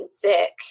thick